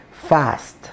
fast